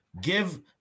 give